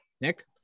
Nick